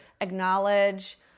Acknowledge